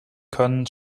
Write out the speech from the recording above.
können